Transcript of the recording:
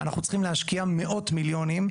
אנחנו צריכים להשקיע מאות מיליונים,